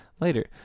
later